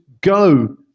go